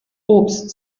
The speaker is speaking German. obst